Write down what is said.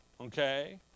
Okay